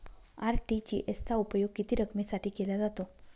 RTGS चा उपयोग किती रकमेसाठी केला जातो?